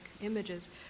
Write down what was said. images